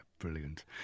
Brilliant